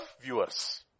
viewers